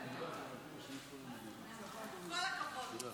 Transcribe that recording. אני קובע שהצעת החוק להסדרת